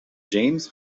james